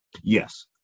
Yes